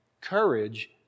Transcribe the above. Courage